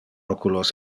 oculos